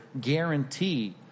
guarantee